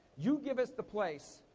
you give us the place,